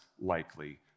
likely